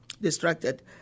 distracted